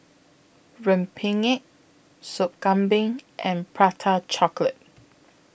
Rempeyek Sop Kambing and Prata Chocolate